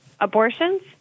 abortions